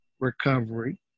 recovery